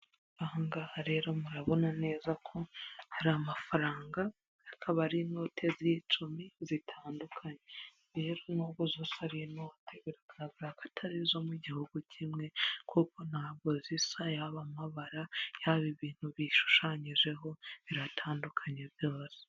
Aha ngaha rero murabona neza ko hari amafaranga akaba ari inote z'icumi zitandukanye rero nubwo zose sri inote biragaragara ko atari izo mu gihugu kimwe kuko ntabwo zisa yaba amabara yaba ibintu bishushanyijeho biratandukanye byose.